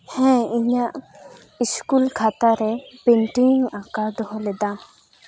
ᱦᱮᱸ ᱤᱧᱟᱹᱜ ᱤᱥᱠᱩᱞ ᱠᱷᱟᱛᱟᱨᱮ ᱯᱮᱱᱴᱤᱝ ᱤᱧ ᱟᱸᱠᱟᱣ ᱫᱚᱦᱚ ᱞᱮᱫᱟ